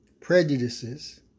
prejudices